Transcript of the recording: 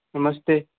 नमस्ते